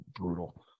brutal